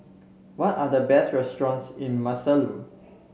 what are the best restaurants in Maseru